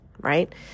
right